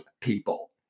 people